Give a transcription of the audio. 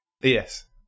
Yes